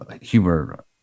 humor